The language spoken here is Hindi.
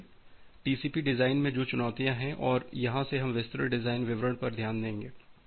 इसलिए टीसीपी डिज़ाइन में जो चुनौतियाँ हैं और यहाँ से हम विस्तृत डिज़ाइन विवरण पर ध्यान देंगे